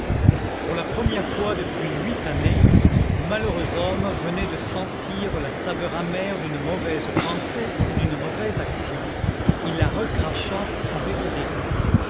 pour la première fois depuis huit années le malheureux homme venait de sentir la saveur amère d'une mauvaise pensée et d'une mauvaise action il la recracha avec dégoût